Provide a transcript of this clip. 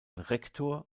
rektor